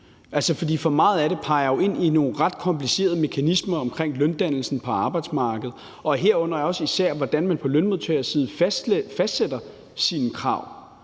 For meget af det peger jo ind i nogle ret komplicerede mekanismer omkring løndannelsen på arbejdsmarkedet, herunder også især, hvordan man på lønmodtagerside fastsætter sine krav.